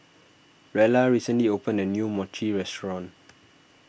Rella recently opened a new Mochi restaurant